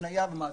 הפניה ומעקב.